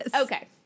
Okay